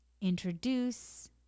introduce